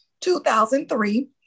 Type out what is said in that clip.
2003